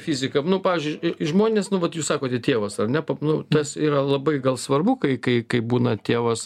fiziką nu pavyzdžiui žmonės nu vat jūs sakote tėvas ar ne nu tas yra labai gal svarbu kai kai kai būna tėvas